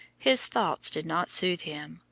his thoughts did not soothe him,